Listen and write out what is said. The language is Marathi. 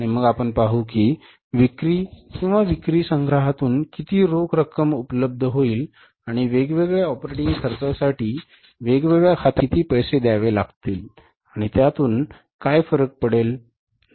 आणि मग आपण पाहू की विक्री किंवा विक्री संग्रहातून किती रोख रक्कम उपलब्ध होईल आणि वेगवेगळ्या ऑपरेटिंग खर्चासाठी वेगवेगळ्या खात्यावर किती पैसे द्यावे लागतील आणि त्यातून काय फरक पडेल